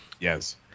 Yes